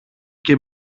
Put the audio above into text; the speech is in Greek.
και